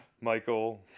Michael